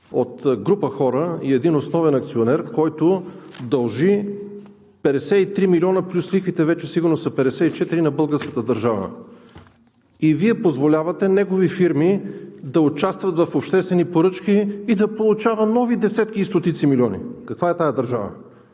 от група хора и един основен акционер, който дължи 53 милиона плюс лихвите – сигурно вече са 54, на българската държава, позволявате негови фирми да участват в обществени поръчки и да получава нови десетки и стотици милиони?! Каква е тази държава?!